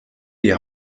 die